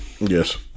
Yes